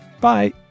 Bye